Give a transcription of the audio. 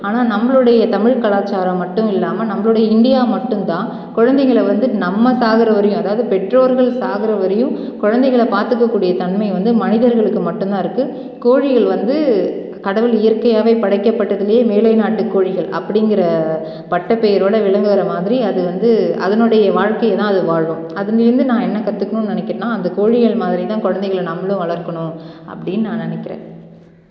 ஆனால் நம்மளுடைய தமிழ் கலாச்சாரம் மட்டும் இல்லாமல் நம்மளுடைய இந்தியா மட்டும்தான் குழந்தைங்களை வந்து நம்ம சாகிற வரையும் அதாவது பெற்றோர்கள் சாகிற வரையும் குழந்தைகள பார்த்துக்கக்கூடிய தன்மை வந்து மனிதர்களுக்கு மட்டும்தான் இருக்குது கோழிகள் வந்து கடவுள் இயற்கையாக வே படைக்கப்பட்டதுலேயே மேலைநாட்டு கோழிகள் அப்படிங்கிற பட்டப்பெயரோடு விளங்குகிற மாதிரி அது வந்து அதனுடைய வாழ்க்கையை தான் அது வாழும் அதுலேருந்து நான் என்ன கற்றுக்கணும் நினைக்குறேன்னா அந்த கோழிகள் மாதிரி தான் குழந்தைகள நம்மளும் வளர்க்கணும் அப்படின்னு நான் நினைக்குறேன்